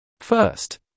First